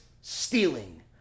stealing